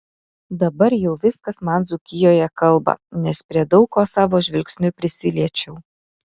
dabar jau viskas man dzūkijoje kalba nes prie daug ko savo žvilgsniu prisiliečiau